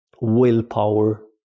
willpower